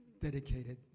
dedicated